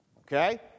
okay